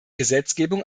gesetzgebung